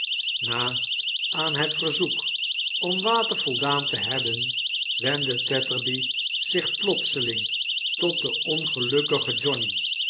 na aan het verzoek om water voldaan te hebben wendde tetterby zich plot seling tot den ohgelufckigeo johnny